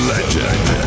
Legend